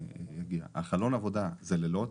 חלון אחד זה לילות